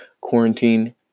quarantine